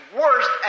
worst